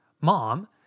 mom